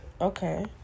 Okay